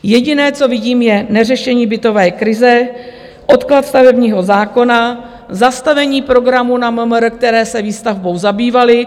Jediné, co vidím, je neřešení bytové krize, odklad stavebního zákona, zastavení programů na MMR, které se výstavbou zabývaly.